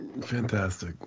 Fantastic